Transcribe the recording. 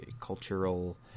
cultural